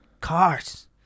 cars